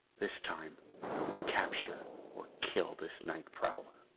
this time i would capture or kill this night prowler.